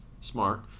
smart